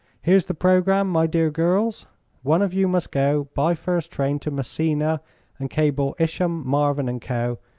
here's the programme, my dear girls one of you must go by first train to messina and cable isham, marvin and co.